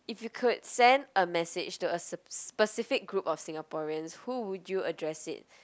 if you could send a message to a spe~ specific group of Singaporeans who would you address it